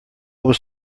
was